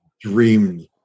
dreamed